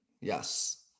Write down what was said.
Yes